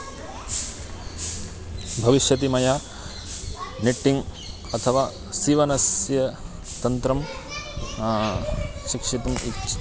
भविष्यति मया निट्टिङ्ग् अथवा सीवनस्य तन्त्रं शिक्षितुम् इच्छा